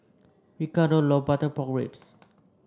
Ricardo loves Butter Pork Ribs